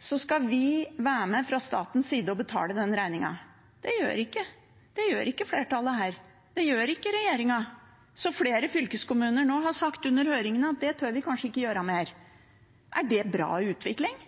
skal vi være med fra statens side og betale den regningen. Det gjør ikke flertallet her, det gjør ikke regjeringen, så flere fylkeskommuner har sagt under høringen at det tør de kanskje ikke gjøre mer. Er det en bra utvikling? Nei, det er en dårlig utvikling,